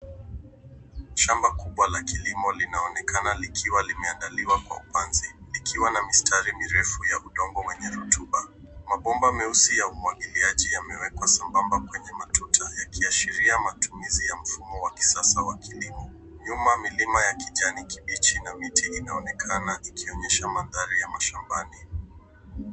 Shamba kubwa la kilimo linaonekana likiwa limeandaliwa kwa panzi. Likiwa na mistari mirefu ya udongo wenye rutuba. Mabomba meusi ya umwagiliaji yameekwa sambamba kwenye matuta yakiashiria matumizi ya mfumo wa kisasa wa kilimo. Nyuma milima ya kijani kibichi na miti inaonekana ikionyesha mandhari ya mashambani.